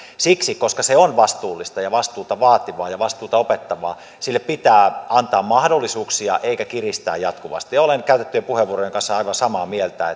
siksi koska se on vastuullista ja vastuuta vaativaa ja vastuuta opettavaa sille pitää antaa mahdollisuuksia eikä kiristää jatkuvasti olen käytettyjen puheenvuorojen kanssa aivan samaa mieltä